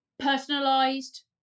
personalized